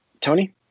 Tony